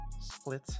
Split